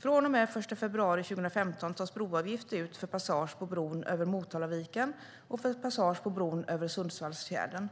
Från och med den 1 februari 2015 tas broavgift ut för passage på bron över Motalaviken och för passage på bron över Sundsvallsfjärden.